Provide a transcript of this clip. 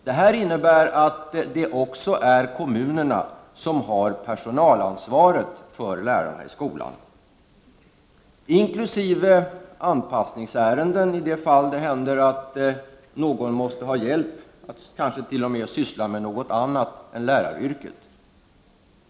Detta innebär att det också är kommunen som har personalansvaret för lärarna i skolan, inkl. anpassningsärenden i sådana fall där någon behöver hjälp och t.o.m. kanske syssla med något annat än läraryrket.